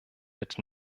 mit